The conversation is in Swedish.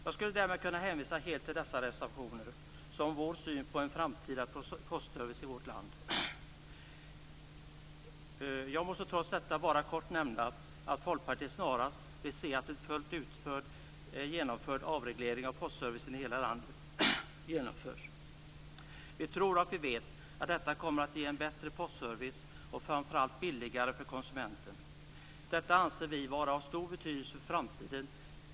Jag skulle därmed kunna hänvisa helt till dessa reservationer som vår syn på en framtida poströrelse i vårt land. Men jag måste kortfattat nämna att Folkpartiet snarast vill se att en fullt genomförd avreglering sker av postservicen i hela landet. Vi tror och vi vet att detta kommer att ge en bättre och framför allt billigare postservice för konsumenterna. Detta anser vi vara av stor betydelse för framtiden.